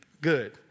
Good